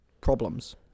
problems